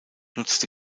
nutzte